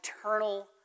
eternal